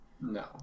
No